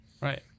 Right